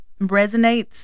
resonates